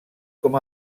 com